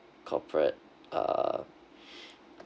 corporate uh